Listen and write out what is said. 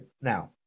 Now